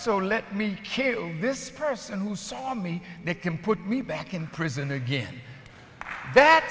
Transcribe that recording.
so let me kill this person who saw me they can put me back in prison again that